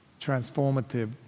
transformative